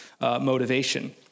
motivation